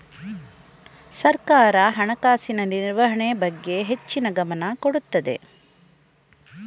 ಸರ್ಕಾರ ಹಣಕಾಸಿನ ನಿರ್ವಹಣೆ ಬಗ್ಗೆ ಹೆಚ್ಚಿನ ಗಮನ ಕೊಡುತ್ತದೆ